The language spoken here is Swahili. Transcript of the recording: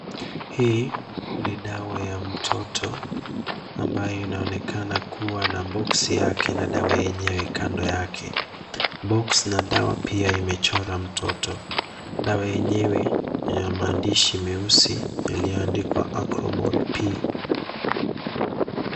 Hii ni dawa ya mtoto ambayo inaonekana kuwa na box yake na dawa yenyewe kando yake. Box na dawa pia imechorwa mtoto. Dawa yenyewe ina maandishi meusi yalioyoandikwa, Acromol P